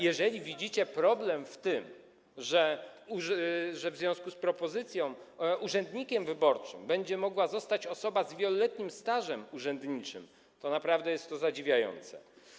Jeżeli widzicie problem w tym, że w związku z tą propozycją urzędnikiem wyborczym będzie mogła zostać osoba z wieloletnim stażem urzędniczym, to naprawdę jest to zadziwiające.